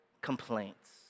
complaints